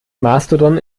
mastodon